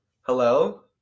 Hello